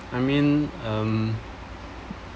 I mean um